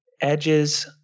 edges